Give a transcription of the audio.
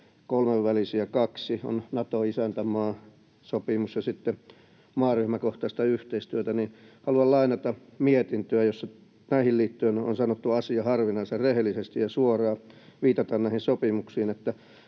kolmenvälisiä kaksi, on Nato-isäntämaasopimus ja sitten maaryhmäkohtaista yhteistyötä. Haluan lainata mietintöä, jossa näihin liittyen on sanottu asia harvinaisen rehellisesti ja suoraan, viitataan näihin sopimuksiin: